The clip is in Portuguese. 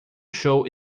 show